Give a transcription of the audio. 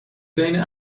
بین